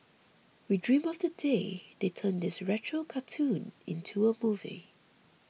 we dream of the day they turn this retro cartoon into a movie